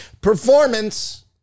performance